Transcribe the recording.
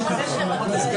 פה